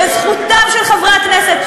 בזכותם של חברי הכנסת.